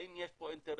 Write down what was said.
האם יש פה אינטרס?